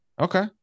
Okay